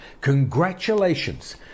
Congratulations